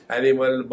animal